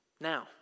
now